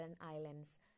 Islands